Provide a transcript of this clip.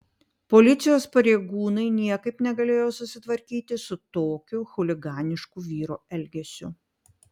policijos pareigūnai niekaip negalėjo susitvarkyti su tokiu chuliganišku vyro elgesiu